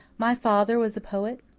my father was a poet?